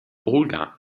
olga